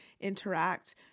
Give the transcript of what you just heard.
interact